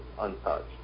untouched